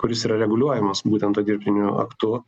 kuris yra reguliuojamas būtent tuo dirbtiniu aktu